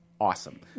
awesome